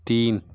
तीन